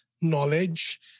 knowledge